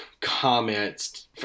comments